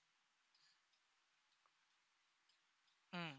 mm